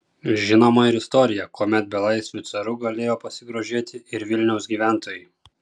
žinoma ir istorija kuomet belaisviu caru galėjo pasigrožėti ir vilniaus gyventojai